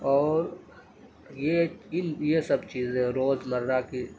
اور یہ ان یہ سب چیزیں روزمرہ کی